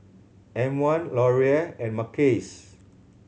M One Laurier and Mackays